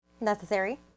Necessary